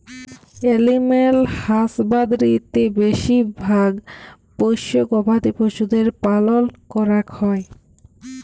animal হাসবাদরীতে বেশি ভাগ পষ্য গবাদি পশুদের পালল ক্যরাক হ্যয়